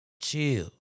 Chill